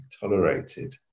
tolerated